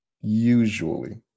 usually